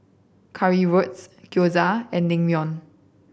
Currywurst Gyoza and Naengmyeon